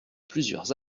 plusieurs